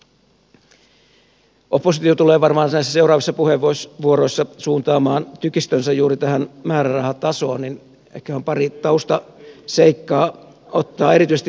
kun oppositio tulee varmaan näissä seuraavissa puheenvuoroissaan suuntaamaan tykistönsä juuri tähän määrärahatasoon niin ehkä pari taustaseikkaa on otettava erityisesti huomioon